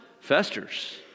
festers